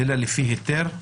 אלא לפי היתר.